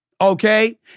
okay